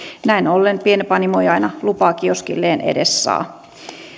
näin ollen pienpanimo ei aina lupaa kioskilleen edes saa